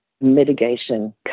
mitigation